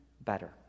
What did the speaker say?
better